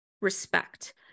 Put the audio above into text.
respect